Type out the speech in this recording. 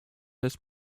des